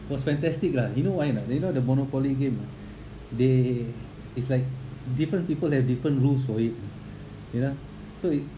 was fantastic lah you know why or do you know the monopoly game ah they it's like different people have different rules for it you know so it